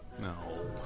No